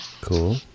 Cool